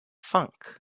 funk